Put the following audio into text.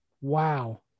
Wow